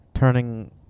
Turning